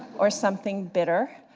or something bitter.